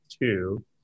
two